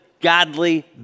godly